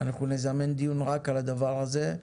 אנחנו נזמן דיון רק על הדבר הזה.